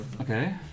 Okay